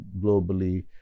globally